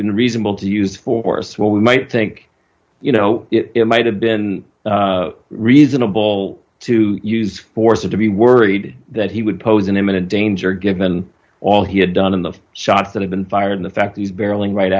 been reasonable to use force where we might think you know it might have been reasonable to use force or to be worried that he would pose an imminent danger given all he had done in the shots that have been fired the fact he's barreling right